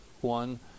one